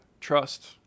Trust